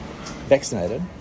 vaccinated